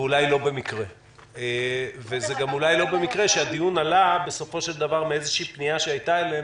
ואולי לא במקרה הדיון עלה בסופו של דבר מאיזו פנייה שהייתה אלינו,